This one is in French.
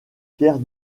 pierre